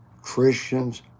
Christians